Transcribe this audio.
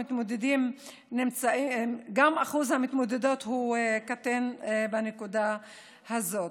גם אחוז המתמודדות קטן בנקודה הזאת.